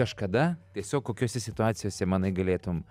kažkada tiesiog kokiose situacijose manai galėtum